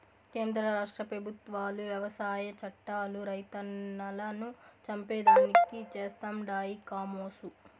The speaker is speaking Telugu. కేంద్ర రాష్ట్ర పెబుత్వాలు వ్యవసాయ చట్టాలు రైతన్నలను చంపేదానికి చేస్తండాయి కామోసు